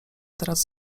teraz